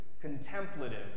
contemplative